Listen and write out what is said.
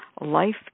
life